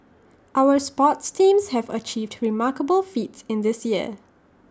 our sports teams have achieved remarkable feats in this year